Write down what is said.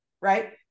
right